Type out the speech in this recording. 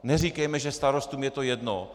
Neříkejme, že starostům je to jedno.